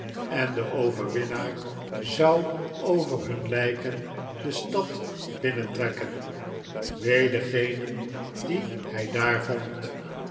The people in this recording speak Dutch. en de overwinnaar zou over hun lijken de stad binnentrekken wee degenen die hij daar vond